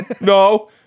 No